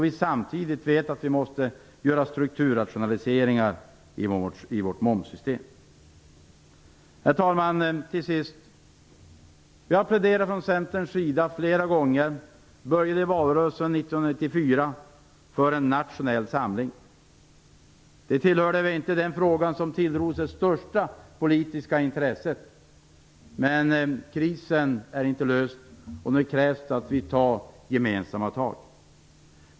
Vi vet ju att vi måste göra strukturrationaliseringar i vårt momssystem. Till sist, herr talman, har vi från Centerns sida flera gånger, med början under valrörelsen 1994, pläderat för en nationell samling. Den frågan tillhörde inte dem som tilldrog sig det största politiska intresset, men krisen är inte löst, och det krävs nu att vi tar gemensamma tag.